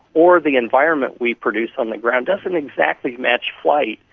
or the environment we produce on the ground doesn't exactly match flight.